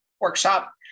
workshop